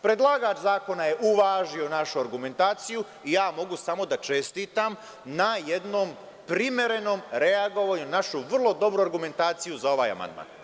Predlagač zakona je uvažio našu argumentaciju i ja mogu samo da čestitam na jednom primerenom reagovanju na našu vrlo dobru argumentaciju za ovaj amandman.